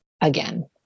again